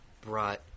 brought